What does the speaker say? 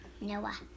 Noah